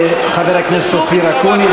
ושוב התחמקת, סגן השר אקוניס,